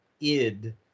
id